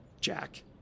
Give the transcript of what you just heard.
Jack